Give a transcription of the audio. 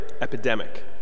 epidemic